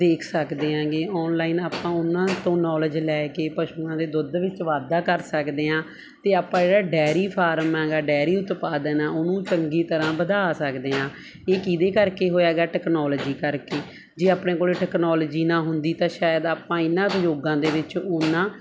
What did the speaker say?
ਦੇਖ ਸਕਦੇ ਹੈਗੇ ਆਨਲਾਈਨ ਆਪਾਂ ਉਹਨਾਂ ਤੋਂ ਨੋਲੇਜ ਲੈ ਕੇ ਪਸ਼ੂਆਂ ਦੇ ਦੁੱਧ ਵਿੱਚ ਵਾਧਾ ਕਰ ਸਕਦੇ ਹਾਂ ਅਤੇ ਆਪਾਂ ਜਿਹੜਾ ਡੈਰੀ ਫਾਰਮ ਹੈਗਾ ਡੈਰੀ ਉਤਪਾਦਨ ਹੈ ਉਹਨੂੰ ਚੰਗੀ ਤਰ੍ਹਾਂ ਵਧਾ ਸਕਦੇ ਹਾਂ ਇਹ ਕਿਹਦੇ ਕਰਕੇ ਹੋਇਆ ਗਾ ਟੈਕਨੋਲਜੀ ਕਰਕੇ ਜੇ ਆਪਣੇ ਕੋਲ ਟੈਕਨੋਲੋਜੀ ਨਾ ਹੁੰਦੀ ਤਾਂ ਸ਼ਾਇਦ ਆਪਾਂ ਇਹਨਾਂ ਉਦਯੋਗਾਂ ਦੇ ਵਿੱਚ ਓਨਾ